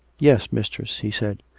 yes, mistress, he said.